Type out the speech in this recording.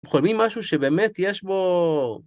הם חולמים משהו שבאמת יש בו...